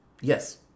Yes